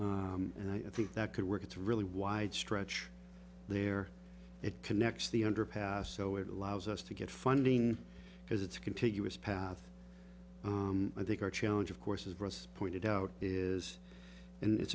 wards and i think that could work it's really wide stretch there it connects the underpass so it allows us to get funding because it's contiguous path i think our challenge of course is pointed out is and it's